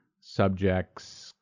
subjects